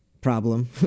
problem